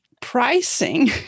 pricing